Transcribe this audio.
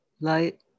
light